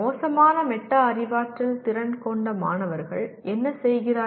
மோசமான மெட்டா அறிவாற்றல் திறன் கொண்ட மாணவர்கள் என்ன செய்கிறார்கள்